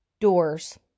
doors